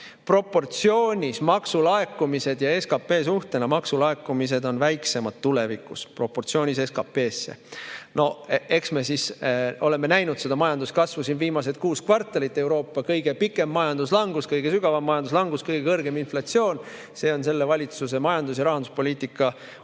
proportsioonis maksulaekumised ja maksulaekumised suhtena SKP‑sse on tulevikus väiksemad. No eks me oleme näinud seda majanduskasvu siin viimased kuus kvartalit: Euroopa kõige pikem majanduslangus, kõige sügavam majanduslangus, kõige kõrgem inflatsioon. See on selle valitsuse majandus‑ ja rahanduspoliitika otsene